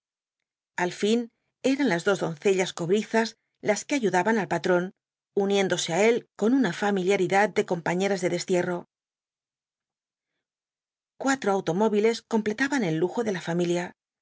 al fin eran las dos doncellas cobrizas las que ayudaban al patrón uniéndose á él con una familiaridad de compañeras de destierro cuatro automóviles completaban el lujo de la familia